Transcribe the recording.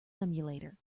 emulator